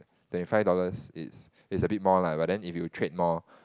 twenty five dollars it's is a bit more lah but then if you trade more